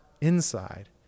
inside